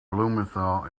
blumenthal